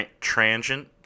Transient